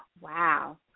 Wow